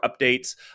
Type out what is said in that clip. updates